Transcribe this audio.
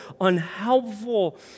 unhelpful